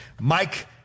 Mike